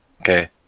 Okay